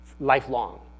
Lifelong